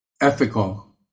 Ethical